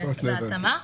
בהתאמה.